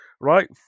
right